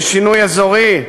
לשינוי אזורי,